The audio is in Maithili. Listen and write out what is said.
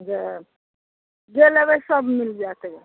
जे जे लेबै सब मिल जाएत गऽ